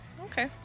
Okay